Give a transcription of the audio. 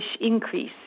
increase